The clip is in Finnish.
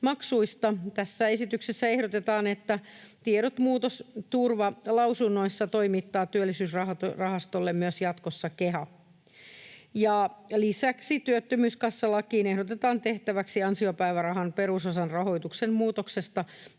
Tässä esityksessä ehdotetaan, että tiedot muutosturvalausunnoissa toimittaa Työllisyysrahastolle myös jatkossa KEHA. Lisäksi työttömyyskassalakiin ehdotetaan tehtäväksi ansiopäivärahan perusosan rahoituksen muutoksesta